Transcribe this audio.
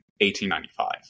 1895